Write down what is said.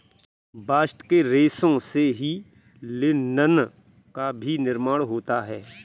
bast के रेशों से ही लिनन का भी निर्माण होता है